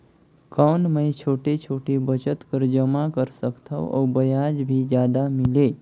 कौन मै छोटे छोटे बचत कर जमा कर सकथव अउ ब्याज भी जादा मिले?